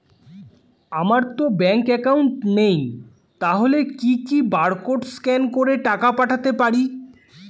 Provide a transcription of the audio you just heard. আমারতো bank account নেই তাহলে কি কি বারকোড স্ক্যান করে টাকা পাঠাতে পারি?